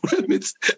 limits